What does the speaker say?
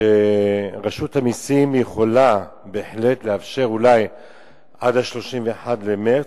רשות המסים יכולה בהחלט לאפשר אולי עד 31 במרס,